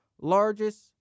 largest